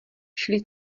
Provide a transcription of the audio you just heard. šli